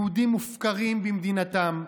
יהודים מופקרים במדינתם שלהם,